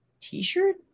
T-shirt